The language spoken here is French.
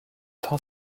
train